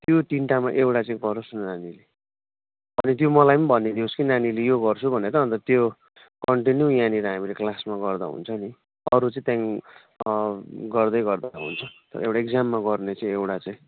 त्यो तिनवटामा एउटा चाहिँ गरोस् न नानीले भरे त्यो मलाई पनि भनिदिनुहोस् कि नानीले यो गर्छु भनेर अन्त त्यो कन्टिन्यु यहाँनिर हामीले क्लासमा गर्दा हुन्छ नि अरू चाहिँ त्यहाँदेखि गर्दै गर्दा हुन्छ एउटा एक्जाममा गर्ने चाहिँ त्यो एउटा चाहिँ